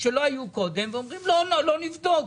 שלא היו קודם ואומרים: לא, לא, לא נבדוק.